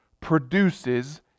produces